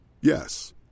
Yes